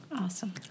Awesome